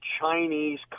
Chinese